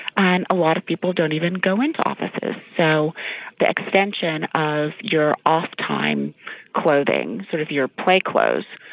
and a lot of people don't even go into offices. so the extension of your off-time clothing, sort of your play clothes,